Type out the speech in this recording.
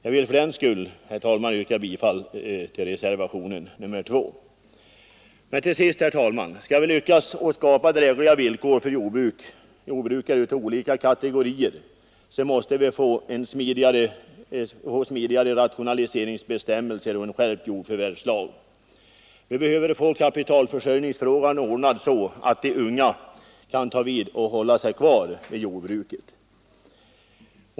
Jag vill därför, herr talman, yrka bifall till reservationen 2. Till sist, herr talman: För att vi skall lyckas skapa drägliga villkor för jordbrukare av olika kategorier, måste vi få smidigare rationaliseringsbestämmelser och en skärpt jordförvärvslag. Vi behöver få kapitalförsörjningsfrågan ordnad så att de unga kan ta vid och hålla sig kvar i jordbruket.